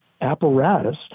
apparatus